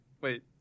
Wait